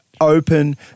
open